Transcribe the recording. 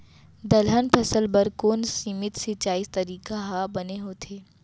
दलहन फसल बर कोन सीमित सिंचाई तरीका ह बने होथे?